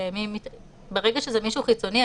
ברגע שזה מישהו חיצוני,